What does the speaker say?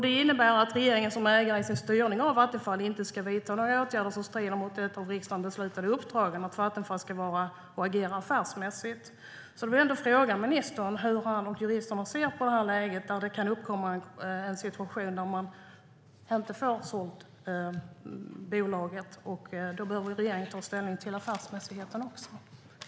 Det innebär att regeringen som ägare i sin styrning av Vattenfall inte ska vidta några åtgärder som strider mot det av riksdagen beslutade uppdraget att Vattenfall ska vara och agera affärsmässigt. Hur ser ministern och juristerna på att det kan uppkomma ett läge och en situation där man inte får sålt brunkolsverksamheten? Då behöver regeringen ta ställning till affärsmässigheten.